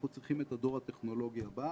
אנחנו צריכים את הדור הטכנולוגי הבא